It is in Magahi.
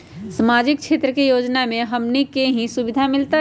सामाजिक क्षेत्र के योजना से हमनी के की सुविधा मिलतै?